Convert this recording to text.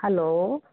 hello